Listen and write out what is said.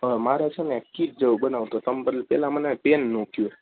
હવે મારે છે ને એક કીટ જેવુ બનાવવું તો મને પહેલાં મને પેનનું કહો